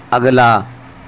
اگلا